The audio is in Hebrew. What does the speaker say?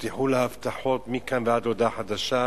הובטחו לה הבטחות מכאן ועד להודעה חדשה.